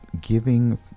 giving